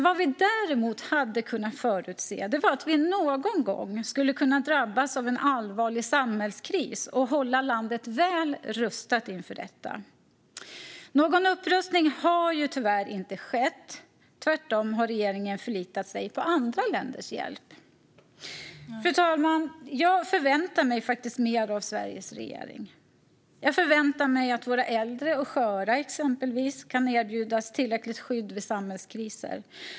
Vad vi däremot hade kunnat förutse var att vi någon gång skulle kunna drabbas av en allvarlig samhällskris, och vi hade kunnat hålla landet väl rustat inför detta. Någon upprustning har tyvärr inte skett, utan tvärtom har regeringen förlitat sig på andra länders hjälp. Fru talman! Jag förväntar mig faktiskt mer av Sveriges regering. Jag förväntar mig exempelvis att våra äldre och sköra kan erbjudas tillräckligt skydd vid samhällskriser.